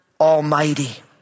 Almighty